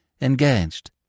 engaged